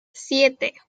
siete